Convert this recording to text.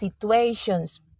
situations